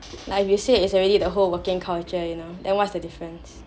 like you said it's already the whole working culture you know then what's the difference